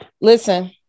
Listen